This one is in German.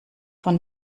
von